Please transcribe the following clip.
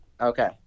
Okay